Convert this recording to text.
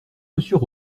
monsieur